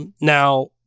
Now